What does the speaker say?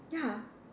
ya